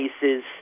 cases